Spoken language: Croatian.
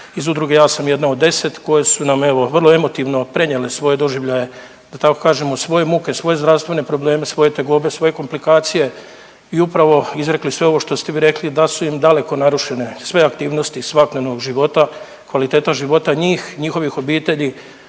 iz udruge „Ja sam jedna od deset“ koje su nam evo vrlo emotivno prenijele svoje doživljaje, da tako kažem svoje muke, svoje zdravstvene probleme, svoje tegobe, svoje komplikacije i upravo izrekli sve ovo što ste vi rekli da su ima daleko narušene sve aktivnosti svakodnevnog života, kvaliteta života njih, njihovih obitelji,